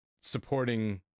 supporting